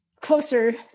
closer